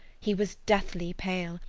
he was deathly pale,